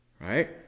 Right